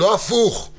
לא הפוך.